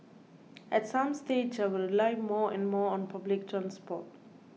at some stage I will rely more and more on public transport